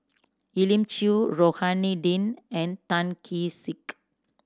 Elim Chew Rohani Din and Tan Kee Sek